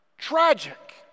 tragic